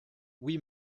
oui